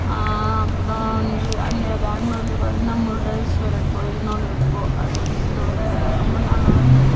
அப்புறம் வந்து அந்த பெங்களூர்லயே பார்த்தீங்கன்னா முருடேஸ்வரர் கோயில்னு ஒன்று இருக்கும் அது வந்து என்னோடய ரொம்ப நாள் ஆசை